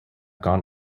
gone